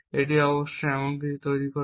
এটি অবশ্যই এমন কিছু তৈরি করবে